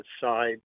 side